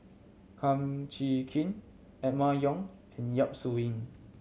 Kum Chee Kin Emma Yong and Yap Su Yin